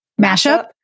mashup